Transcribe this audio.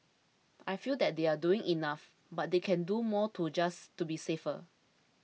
I feel that they are doing enough but they can do more too just to be safer